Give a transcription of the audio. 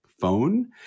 phone